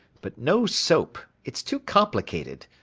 but no soap. it's too complicated.